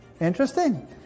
interesting